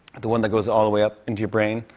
the one that goes all the way up into your brain.